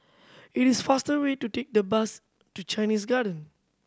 it is faster to take the bus to Chinese Garden